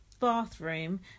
bathroom